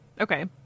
okay